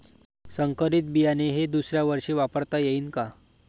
संकरीत बियाणे हे दुसऱ्यावर्षी वापरता येईन का?